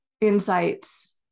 insights